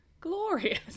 glorious